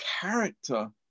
character